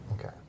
Okay